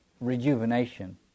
rejuvenation